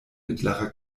mittlerer